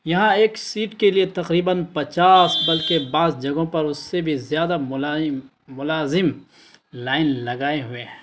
یہاں ایک سیٹ کے لیے تقریباً پچاس بلکہ بعض جگہوں پر اس سے بھی زیادہ ملائم ملازم لائن لگائے ہوئے ہیں